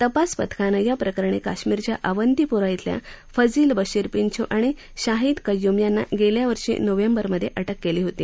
तपास संस्थेनं या प्रकरणी कश्मिरच्या अवंतपोरा शिल्या फजील बशीर पिंछू आणि शाहीद कय्यूम यांना गेल्या वर्षी नोव्हेंबरमधे अटक केली होती